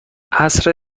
عصر